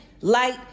light